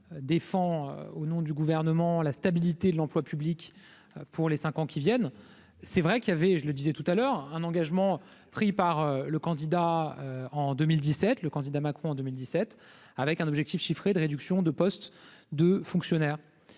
défends au nom du gouvernement, la stabilité de l'emploi public, pour les 5 ans qui viennent, c'est vrai qu'il y avait, je le disais tout à l'heure un engagement pris par le candidat en 2017, le candidat Macron en 2017 avec un objectif chiffré de réduction de postes de fonctionnaires